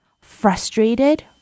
frustrated